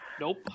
nope